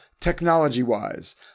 Technology-wise